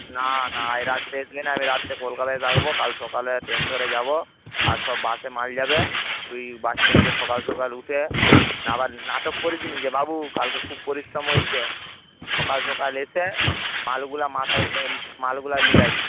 না না এই রাত্রের ট্রেন আমি রাত্রে কলকাতায় থাকবো কাল সকালে ট্রেন ধরে যাবো আর সব বাসে মাল যাবে তুই বাসস্ট্যান্ডে সকাল সকাল উঠে আবার নাটক করবিনা যে বাবু কালকে খুব পরিশ্রম হয়ছে সকাল সকাল এসে মালগুলো মাথায় এই মালগুলো নিয়ে যাবি